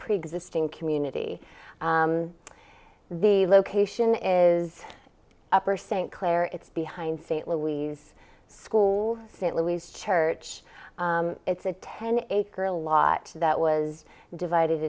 preexisting community the location is upper st clair it's behind st louise school st louise church it's a ten acre lot that was divided